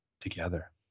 together